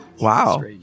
Wow